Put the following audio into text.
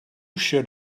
should